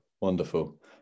Wonderful